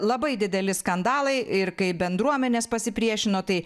labai dideli skandalai ir kaip bendruomenės pasipriešino tai